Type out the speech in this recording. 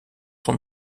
son